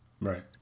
right